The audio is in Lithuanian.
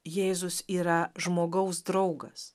jėzus yra žmogaus draugas